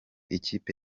ikipe